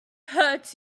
hurt